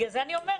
לכן אני אומרת.